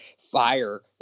fire